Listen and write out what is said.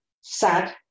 sad